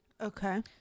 Okay